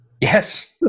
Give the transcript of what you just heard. Yes